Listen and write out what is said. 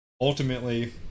Ultimately